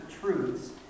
truths